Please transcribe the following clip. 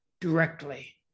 directly